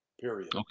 period